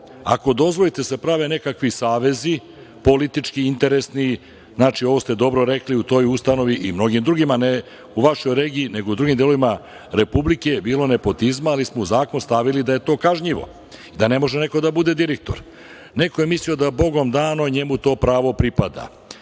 Ako dozvolite da se prave nekakvi savezi, politički, interesni, znači, ovo ste dobro rekli u toj ustanovi i mnogim drugim, ne u vašoj regiji, nego u drugim delovima Republike bilo nepotizma, ali smo u zakon stavili da je to kažnjivo i da ne može neko da bude direktor. Neko je mislio da je bogom dano da njemu to pravo pripada.